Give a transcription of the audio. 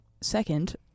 Second